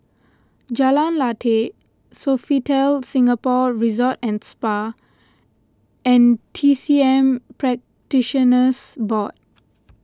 Jalan Lateh Sofitel Singapore Resort and Spa and T C M Practitioners Board